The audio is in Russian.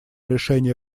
решение